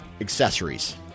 accessories